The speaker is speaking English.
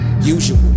usual